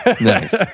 Nice